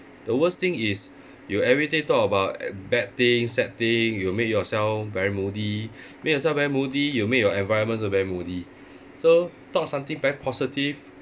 the worst thing is you every day talk about bad things sad thing you make yourself very moody make yourself very moody you make your environment also very moody so talk something very positive